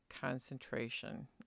concentration